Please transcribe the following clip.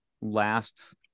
last